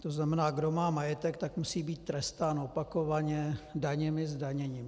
To znamená, kdo má majetek, musí být trestán opakovaně daněmi, zdaněním.